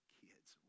kids